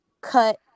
cut